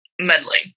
meddling